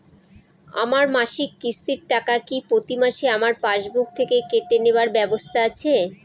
আমার মাসিক কিস্তির টাকা কি প্রতিমাসে আমার পাসবুক থেকে কেটে নেবার ব্যবস্থা আছে?